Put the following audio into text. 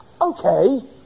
okay